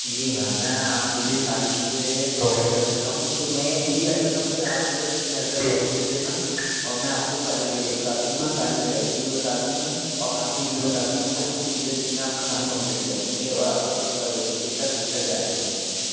जी ma'am मैं आपके लिए सारी चीजें प्रोवाइड कर देता हूँ तो मैं ख़ुद ही आ जाता हूँ फिर आप मुझे अपने घर का लेआउट दे देना और मैं आपको सारे रेट बता दूंगा सारी वेराइटी भी बता दूंगा और मैं आपको ये भी बता दूंगा कि हम कितने दिन में आपका काम कम्प्लीट कर देंगे और आपका कितना बजट कितना खर्च जाएगा उस हिसाब से